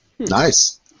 Nice